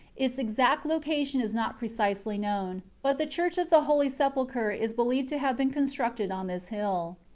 its exact location is not precisely known, but the church of the holy sepulcher is believed to have been constructed on this hill.